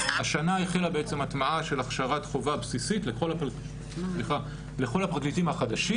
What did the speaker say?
השנה החלה בעצם התחלה של הטמעת הכשרה בסיסית לכל הפרקליטים החדשים